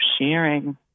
sharing